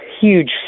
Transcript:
huge